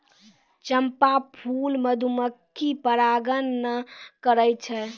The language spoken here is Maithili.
चंपा फूल मधुमक्खी परागण नै करै छै